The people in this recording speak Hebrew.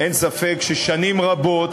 אין ספק ששנים רבות,